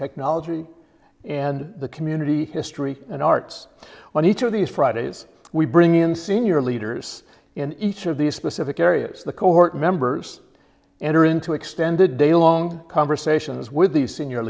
technology and the community history and arts on each of these fridays we bring in senior leaders in each of the specific areas the cohort members enter into extended day long conversations with the senior